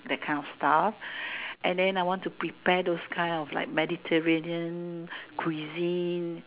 that kind of stuff and then I want to prepare those kind of like Mediterranean cuisine